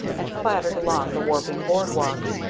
and clattered along the warping boardwalks,